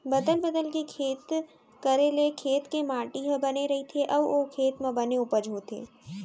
बदल बदल के खेत करे ले खेत के माटी ह बने रइथे अउ ओ खेत म बने उपज होथे